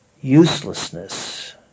uselessness